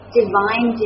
divine